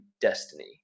destiny